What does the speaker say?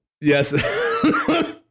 Yes